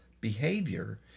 behavior